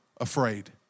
afraid